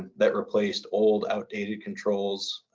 that replaced old, outdated controls.